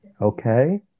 Okay